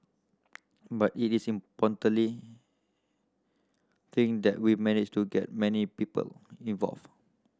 but it is importantly think that we managed to get many people involved